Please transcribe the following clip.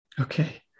Okay